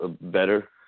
better